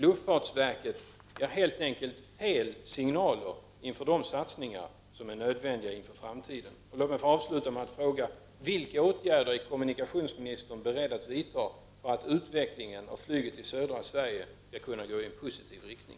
Luftfartsverket ger helt enkelt fel signaler inför de satsningar som är nödvändiga inför framtiden. Låt mig få avsluta med en fråga. Vilka åtgärder är kommunikationsministern beredd att vidta för att utvecklingen av flyget i södra Sverige skall kunna gå i en positiv riktning?